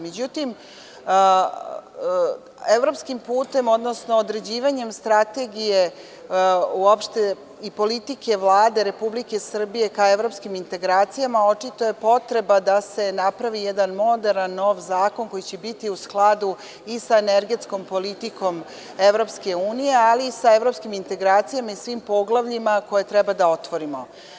Međutim, evropskim putem odnosno određivanjem strategije uopšte i politike Vlade Republike Srbije ka evropskim integracijama, očito je potreba da se napravi jedan moderan nov zakon koji će biti u skladu i sa energetskom politikom EU, ali i sa evropskim integracijama i svim poglavljima koje treba da otvorimo.